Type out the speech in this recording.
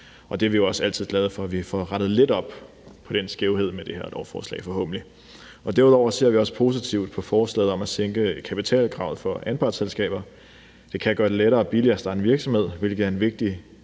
Vi er jo også glade for, at vi får rettet lidt op på den skævhed med det her lovforslag, forhåbentlig. Derudover ser vi også positivt på forslaget om at sænke kapitalkravet for anpartsselskaber. Det kan gøre det lettere og billigere at starte en virksomhed, hvilket er vigtigt